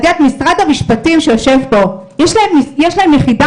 משרד הכלכלה שיושב פה, יש להם יחידה